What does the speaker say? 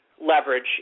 leverage